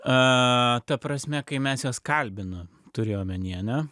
ta prasme kai mes juos kalbinom turi omeny ane